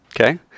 Okay